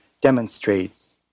demonstrates